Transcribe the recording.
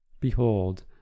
Behold